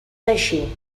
així